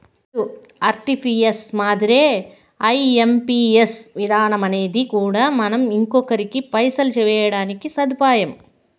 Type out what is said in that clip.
NEFT, RTGS మాదిరే IMPS విధానమనేది కూడా మనం ఇంకొకరికి పైసలు వేయడానికి సదుపాయం